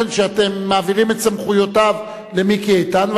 שאתם מעבירים את סמכויותיו למיקי איתן,